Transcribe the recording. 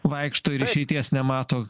vaikšto ir išeities nemato